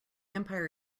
empire